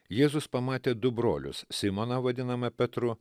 jėzus pamatė du brolius simoną vadinamą petru